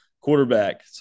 Quarterback